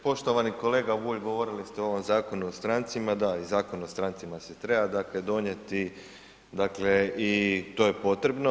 Poštovani kolega Bulj govorili ste o ovom Zakonu o strancima, da i Zakon o strancima se treba dakle donijeti dakle i to je potrebno.